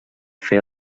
fer